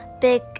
big